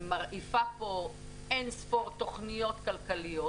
ומרעיפה פה אין-ספור תוכניות כלכליות,